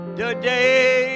today